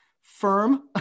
firm